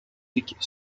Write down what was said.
politique